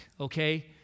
okay